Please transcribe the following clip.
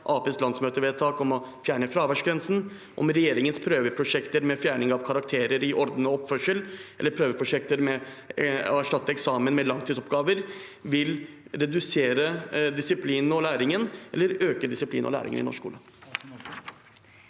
landsmøtevedtak om å fjerne fraværsgrensen, regjeringens prøveprosjekter med fjerning av karakterer i orden og oppførsel eller prøveprosjekter med å erstatte eksamen med langtidsoppgaver vil redusere disiplinen og læringen eller øke disiplinen og læringen i norsk skole.